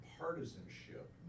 partisanship